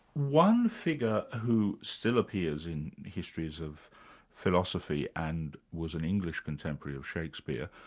one figure who still appears in histories of philosophy and was an english contemporary of shakespeare,